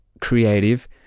creative